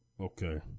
Okay